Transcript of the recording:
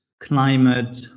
climate